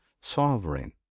sovereign